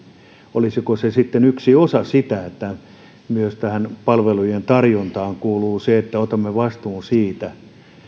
sitten yksi osa sitä että tähän palvelujen tarjontaan kuuluu myös se että otamme vastuun siitä